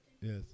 Yes